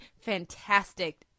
fantastic